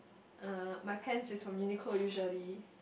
uh my pants is from Uniqlo usually